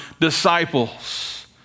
disciples